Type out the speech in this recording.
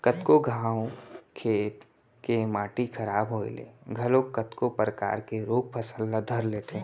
कतको घांव खेत के माटी खराब होय ले घलोक कतको परकार के रोग फसल ल धर लेथे